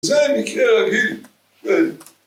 ‫זה מקרה רגיל.